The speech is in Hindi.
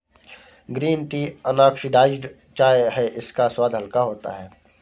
ग्रीन टी अनॉक्सिडाइज्ड चाय है इसका स्वाद हल्का होता है